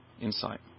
insight